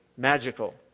Magical